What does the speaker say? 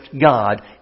God